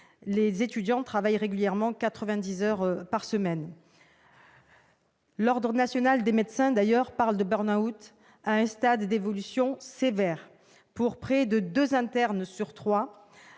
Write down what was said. les étudiants travaillent régulièrement 90 heures par semaine. L'ordre national des médecins parle d'ailleurs de burn-out à un stade d'évolution sévère pour près de deux internes sur trois.